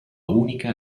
unica